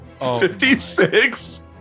56